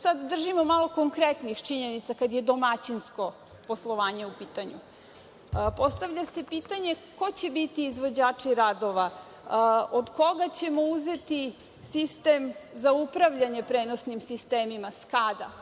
sad držimo malo konkretnih činjenica kada je domaćinsko poslovanje u pitanju. Postavlja se pitanje – ko će biti izvođači radova, od koga ćemo uzeti sistem za upravljanje prenosnim sistemima SCADA,